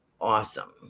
Awesome